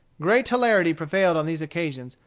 great hilarity prevailed on these occasions,